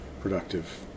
productive